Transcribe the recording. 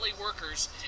workers